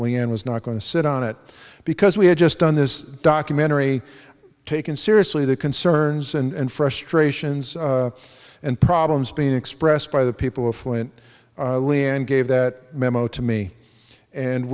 leon was not going to sit on it because we had just done this documentary taken seriously the concerns and frustrations and problems being expressed by the people of flint lee and gave that memo to me and